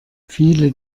viele